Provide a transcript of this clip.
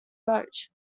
roche